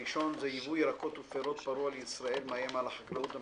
הראשון הוא: ייבוא ירקות ופירות פרוע לישראל מאיים על החקלאות המקומית,